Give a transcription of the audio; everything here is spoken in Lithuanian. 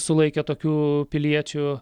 sulaikę tokių piliečių